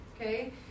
okay